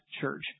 church